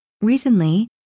Recently